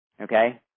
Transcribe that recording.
Okay